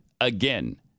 again